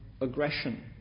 aggression